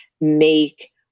make